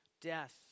death